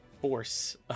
force